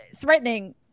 threatening